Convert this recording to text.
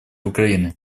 украины